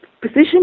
position